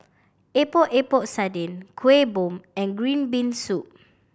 Epok Epok Sardin Kuih Bom and green bean soup